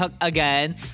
again